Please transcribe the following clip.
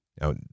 Now